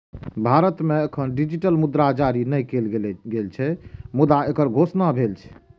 भारत मे एखन डिजिटल मुद्रा जारी नै कैल गेल छै, मुदा एकर घोषणा भेल छै